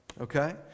okay